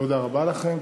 תודה רבה לכם.